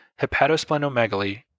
hepatosplenomegaly